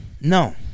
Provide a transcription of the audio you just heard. No